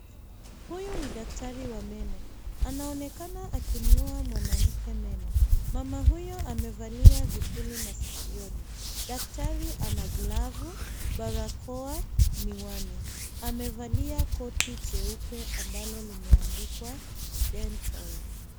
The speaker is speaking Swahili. Huyu ni daktari wa meno. Anaonekana akimng'oa mwanamke meno. Mama huyo amevalia vipuli maskioni. Daktari ana glavu, barakoa, miwani. Amevalia koti jeupe ambalo limeandikwa dental .